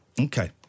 Okay